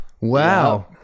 Wow